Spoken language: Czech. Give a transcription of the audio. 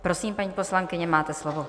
Prosím, paní poslankyně, máte slovo.